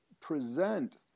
present